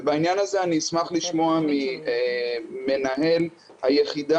ובעניין הזה אני אשמח לשמוע ממנהל היחידה